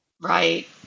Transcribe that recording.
Right